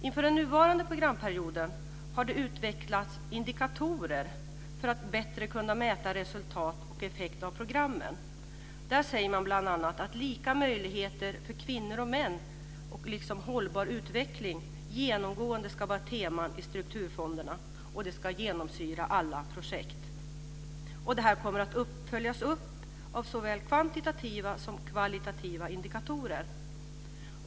Inför den nuvarande programperioden har det utvecklats indikatorer för att man bättre ska kunna mäta resultat och effekter av programmen. Lika möjligheter för kvinnor och män liksom hållbar utveckling ska vara genomgående teman i sturkturfonderna, och detta ska genomsyra alla projekt. Det här kommer att följas upp av såväl kvantitativa som kvalitativa indikatorer.